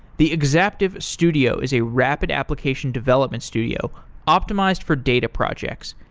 the exaptive studio is a rapid application development studio optimized for data projects.